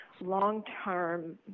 long-term